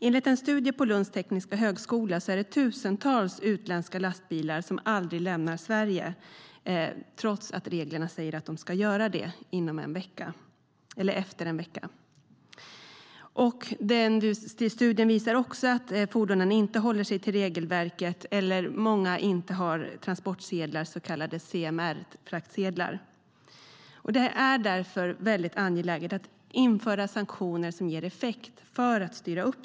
Enligt en studie på Lunds tekniska högskola är det tusentals utländska lastbilar som aldrig lämnar Sverige trots att reglerna säger att de ska göra det efter en vecka. Studien visar också att fordonen inte håller sig till regelverket och att många inte har transportsedlar, så kallade CMR-fraktsedlar. För att styra upp detta är det angeläget att införa sanktioner som ger effekt.